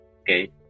Okay